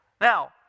Now